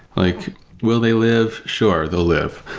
like will they live? sure, they'll live.